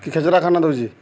କି ଖେଚ୍ଡ଼ା ଖାନା ଦଉଛେ